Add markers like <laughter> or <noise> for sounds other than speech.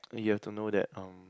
<noise> you have to know that um